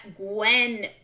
Gwen